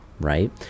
right